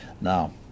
Now